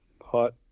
hot